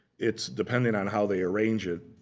it's, depending on how they arrange it,